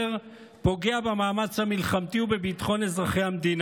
פוגע במאמץ המלחמתי ובביטחון של כולנו,